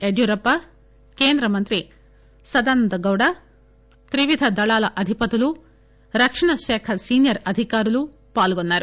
యడ్యూరప్ప కేంద్ర మంత్రి సదానంద గౌడ త్రివిధ దళాల అధిపతులు రక్షణ శాఖ సీనియర్ అధికారులు పాల్గొన్నారు